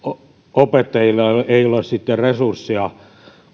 opettajilla ei ole ei ole resursseja